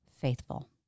faithful